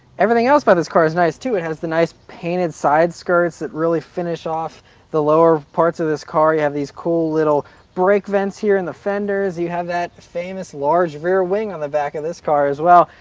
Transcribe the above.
everything else but about this car is nice, too. it has the nice, painted side skirts that really finish off the lower parts of this car. you have these cool little brake vents, here, in the fenders. you have that famous, large rear wing on the back of this car, as well,